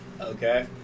Okay